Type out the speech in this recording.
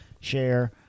Share